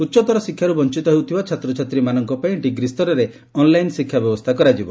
ଉଚ୍ଚତର ଶିକ୍ଷାର ବ ଛାତ୍ରଛାତ୍ରୀମାନଙ୍କ ପାଇଁ ଡିଗ୍ରୀ ସ୍ତରେ ଅନ୍ଲାଇନ ଶିକ୍ଷା ବ୍ୟବସ୍କା କରାଯିବ